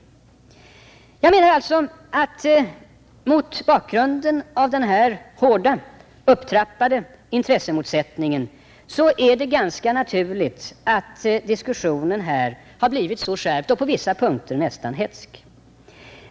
Jag menar alltså att mot bakgrunden av denna hårt upptrappade intressemotsättning är det ganska naturligt att diskussionen här har blivit så skärpt och på vissa punkter nästan hätsk.